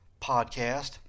podcast